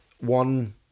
one